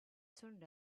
turned